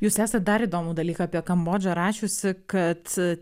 jūs esat dar įdomų dalyką apie kambodžą rašiusi kad